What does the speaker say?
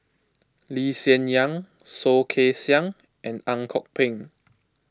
Lee Hsien Yang Soh Kay Siang and Ang Kok Peng